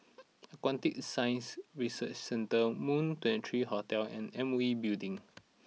Aquatic Science Research Centre Moon twenty three Hotel and M V Building